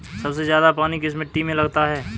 सबसे ज्यादा पानी किस मिट्टी में लगता है?